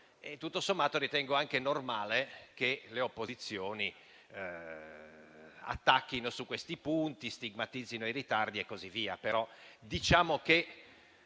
tutto sommato ritengo anche normale che le opposizioni attacchino su questi punti e stigmatizzino i ritardi. Tuttavia,